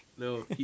No